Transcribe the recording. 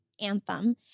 anthem